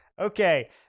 Okay